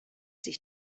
sich